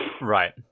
Right